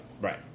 Right